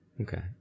Okay